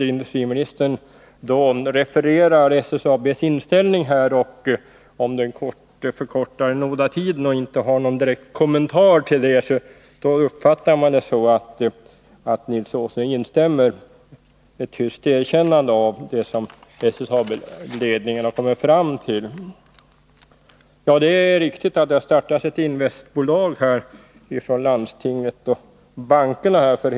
Då industriministern refererade SSAB:s inställning om den förkortade nådatiden utan att direkt göra någon kommentar, kunde man uppfatta det som ett tyst instämmande i vad SSAB-ledningen kommit fram till. fu Det är riktigt att landstinget och bankerna i Uppsala län har startat ett investmentbolag.